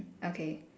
okay